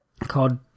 called